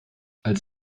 als